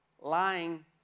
lying